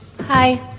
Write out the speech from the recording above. Hi